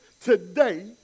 today